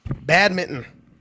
Badminton